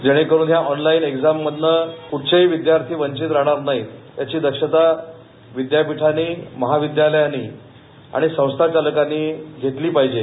जेणेकरुन या online exam मधून कुठलेही विद्यार्थी वंचित राहणार नाही याची दक्षता विद्यापीठाने महाविद्यालयाने आणि संस्थाचालकाने घेतली पाहिजे